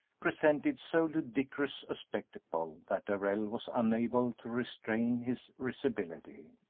presented so ludicrous a spectacle that darrell was unable to restrain his risibility.